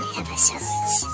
episodes